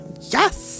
Yes